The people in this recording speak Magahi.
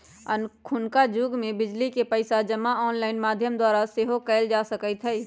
अखुन्का जुग में बिल के पइसा जमा ऑनलाइन माध्यम द्वारा सेहो कयल जा सकइत हइ